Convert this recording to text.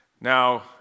Now